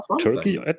turkey